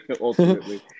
ultimately